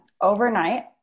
overnight